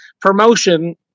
promotion